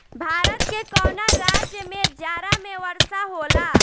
भारत के कवना राज्य में जाड़ा में वर्षा होला?